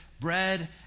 bread